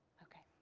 okay,